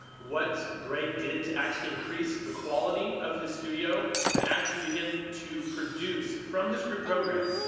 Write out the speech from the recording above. what greg did to actually increase the quality of his studio and actually begin to produce, from his group program,